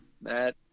Matt